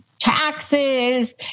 taxes